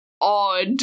odd